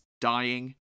dying